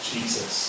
Jesus